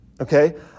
Okay